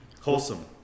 Wholesome